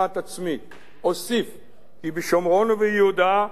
אוסיף כי בשומרון וביהודה עלינו להיות,